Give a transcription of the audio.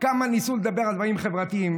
כמה ניסו לדבר על דברים חברתיים.